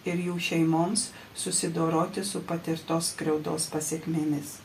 ir jų šeimoms susidoroti su patirtos skriaudos pasekmėmis